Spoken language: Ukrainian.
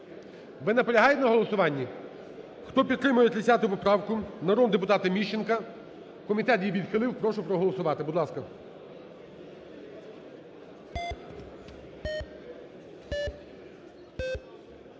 Ви наполягаєте на голосуванні? Хто підтримує 30 поправку народного депутата Міщенка, комітет її відхилив, прошу її проголосувати, будь ласка.